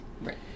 Right